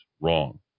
wrong